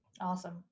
Awesome